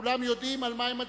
כולם יודעים על מה הם מצביעים?